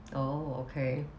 oh okay